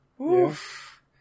Oof